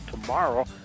tomorrow